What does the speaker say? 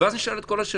ואז נשאל את כל השאלות.